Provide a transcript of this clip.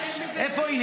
איפה היא?